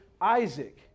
Isaac